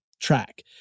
track